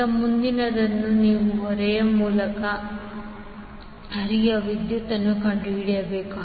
ಈಗ ಮುಂದಿನದು ನೀವು ಹೊರೆಯ ಮೂಲಕ ಹರಿಯುವ ವಿದ್ಯುತ್ ಕಂಡುಹಿಡಿಯಬೇಕು